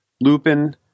Lupin